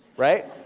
right?